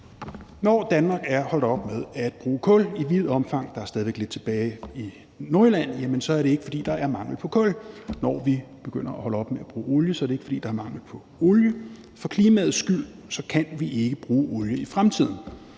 Når Danmark er holdt op med at bruge kul i vidt omfang – der er stadig væk lidt tilbage i Nordjylland – så er det ikke, fordi der er mangel på kul, og når vi begynder at holde op med at bruge olie, er det ikke, fordi der er mangel på olie. For klimaets skyld kan vi ikke bruge olie i fremtiden.